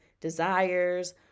desires